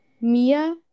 Mia